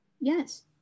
Yes